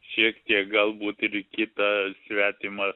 šiek tiek galbūt ir į kitą svetimą